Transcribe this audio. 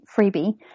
freebie